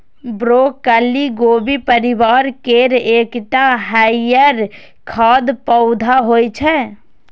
broccoli गोभी परिवार केर एकटा हरियर खाद्य पौधा होइ छै